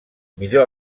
millor